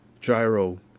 gyro